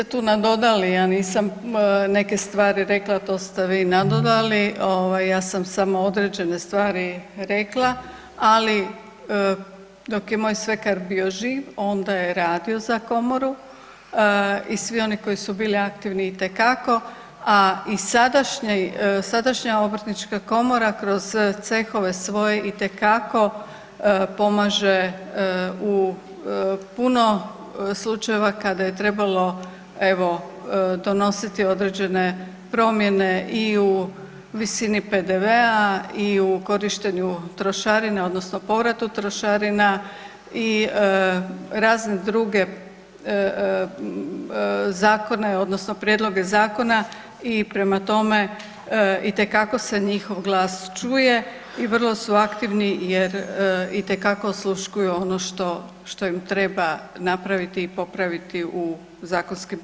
Vi ste tu nadodali, ja nisam neke stvari rekla, to ste vi nadodali, ja sam samo određene stvari rekla, ali dok je moj svekar bio živ, onda je radio za Komoru i svi oni koji su bili aktivni, itekako, a i sadašnja Obrtnička komora kroz cehove svoje itekako pomaže u puno slučajeva kada je trebalo, evo, donositi određene promjene i u visini PDV-a i u korištenju trošarina, odnosno povratu trošarina i razne druge zakone, odnosno prijedloge zakona, i prema tome, itekako se njihov glas čuje i vrlo su aktivni jer itekako osluškuju ono što im treba napraviti i popraviti u zakonskim prijedlozima.